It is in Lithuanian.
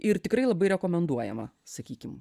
ir tikrai labai rekomenduojama sakykim